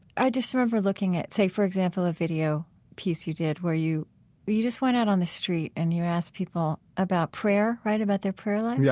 i just remember looking at, say, for example, a video piece you did where you you just went out on the street and you asked people about prayer, right? about their prayer life? yeah